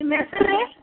ನಿಮ್ಮ ಹೆಸ್ರ್ ರೀ